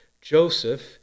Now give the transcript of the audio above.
Joseph